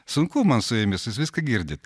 sunku man su jumis jūs viską girdit